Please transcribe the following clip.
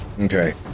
Okay